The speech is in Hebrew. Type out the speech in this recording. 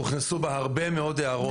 הוכנסו בה הרבה מאוד הערות.